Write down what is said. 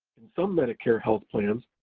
and some medicare health plans,